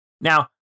Now